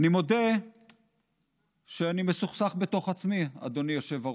אני מודה שאני מסוכסך בתוך עצמי, אדוני היושב-ראש.